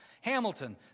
Hamilton